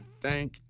Thank